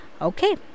Okay